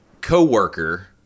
co-worker